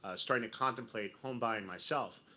ah starting to contemplate homebuying myself,